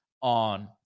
on